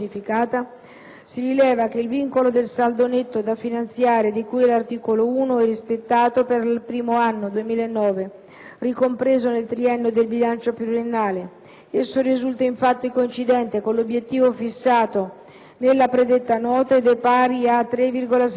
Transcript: si rileva che il vincolo del saldo netto da finanziare di cui all'articolo 1 è rispettato per il primo anno (2009) ricompreso nel triennio del bilancio pluriennale: esso risulta infatti coincidente con l'obiettivo fissato nella predetta Nota ed è pari a 33,6 miliardi.